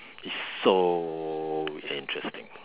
is so interesting